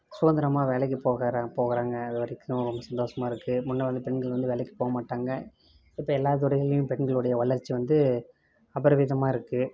சுதந்திரமாக வேலைக்கு போகிற போகிறாங்க அது வரைக்கும் ரொம்ப சந்தோஷமாக இருக்குது முன்பு வந்து பெண்கள் வந்து வேலைக்கு போக மாட்டாங்க இப்போ எல்லா துறையிலையும் பெண்களுடைய வளர்ச்சி வந்து அபரிவிதமாக இருக்குது